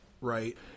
right